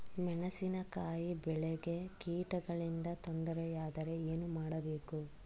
ಮೆಣಸಿನಕಾಯಿ ಬೆಳೆಗೆ ಕೀಟಗಳಿಂದ ತೊಂದರೆ ಯಾದರೆ ಏನು ಮಾಡಬೇಕು?